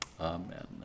Amen